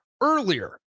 earlier